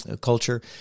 culture